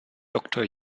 doktor